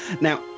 Now